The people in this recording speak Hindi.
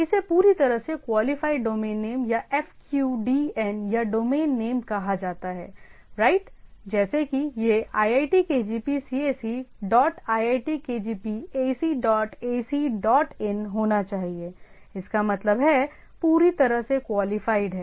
इसे पूरी तरह से क्वालिफाइड डोमेन नेम या FQDN या डोमेन नेम कहा जाता है राइट जैसे कि यह iitkgp cse dot iitkgp AC dot AC dot in होना चाहिए इसका मतलब है पूरी तरह से क्वालिफाइड है